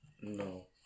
No